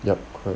yup